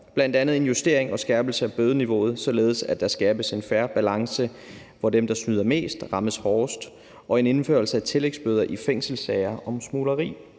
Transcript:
bl.a. en justering og skærpelse af bødeniveauet, således at der skabes en fair balance, hvor dem, der snyder mest, rammes hårdest, og en indførelse af tillægsbøder i fængselssager om smugleri,